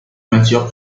matières